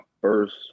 first